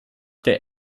der